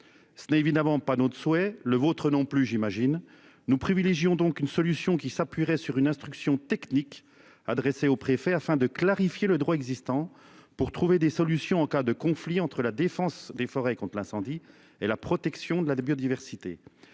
Ce n'est évidemment pas notre souhait le vôtre non plus j'imagine. Nous privilégions donc une solution qui s'appuieraient sur une instruction technique adressée aux préfets afin de clarifier le droit existant pour trouver des solutions en cas de conflit entre la défense des forêts contre l'incendie et la protection de la biodiversité.